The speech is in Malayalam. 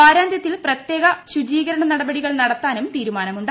വാരാന്ത്യത്തിൽ പ്രത്യേക ശുചീകരണ നടപടികൾ നടത്താനും തീരുമാനമുണ്ട്